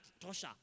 Tosha